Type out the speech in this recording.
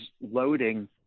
loading